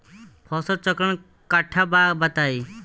फसल चक्रण कट्ठा बा बताई?